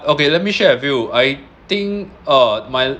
okay let me shared with you I think uh my